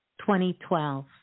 2012